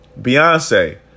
Beyonce